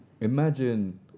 imagine